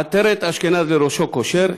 עטרת-אשכנז לראשו קושר.